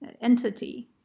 entity